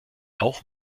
auch